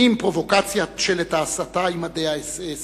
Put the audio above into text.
עם פרובוקציית שלט ההסתה, עם מדי האס-אס.